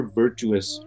virtuous